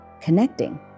connecting